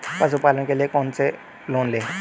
पशुपालन के लिए लोन कैसे लें?